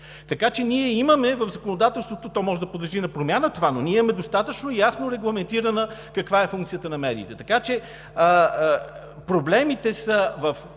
Така че ние в законодателството имаме – то това може да подлежи на промяна, но ние имаме достатъчно ясно регламентирано каква е функцията на медиите. Така че проблемите са в